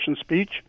speech